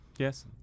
Yes